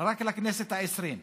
רק לכנסת העשרים.